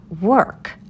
work